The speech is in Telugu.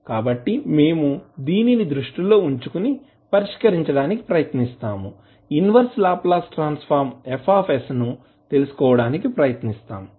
కాబట్టి మేము దీన్ని దృష్టిలో ఉంచుకుని పరిష్కరించడానికి ప్రయత్నిస్తాము inverse Laplace transform F ను తెలుసుకోవడానికి ప్రయత్నిస్తాము